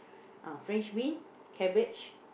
ah french bean cabbage